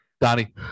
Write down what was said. Donnie